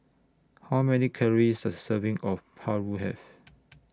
How Many Calories Does A Serving of Paru Have